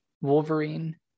Wolverine